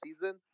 season